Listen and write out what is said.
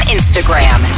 Instagram